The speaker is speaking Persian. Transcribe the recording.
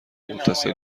متصل